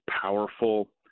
powerful